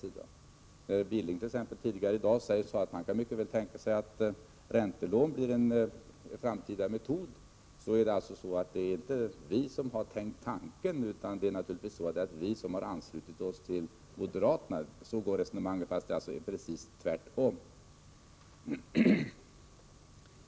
Knut Billing sade t.ex. att han mycket väl kan tänka sig att räntelån blir en framtida metod. Det skulle i detta fall inte vara så att det är vi som tänkt den tanken utan bara anslutit oss till moderaterna. I verkligheten är det precis tvärtom.